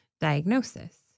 diagnosis